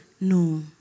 No